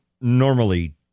normally